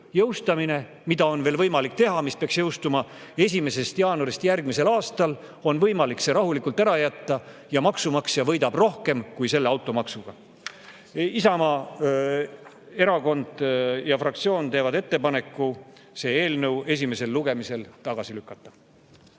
jõustamine, mida on veel võimalik teha. See peaks jõustuma 1. jaanuarist järgmisel aastal. On võimalik see rahulikult ära jätta ja maksumaksja võidab rohkem kui automaksuga. Isamaa Erakond ja fraktsioon teevad ettepaneku see eelnõu esimesel lugemisel tagasi lükata.